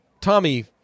Tommy